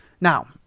Now